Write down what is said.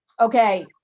Okay